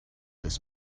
this